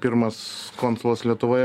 pirmas konsulas lietuvoje